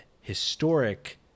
historic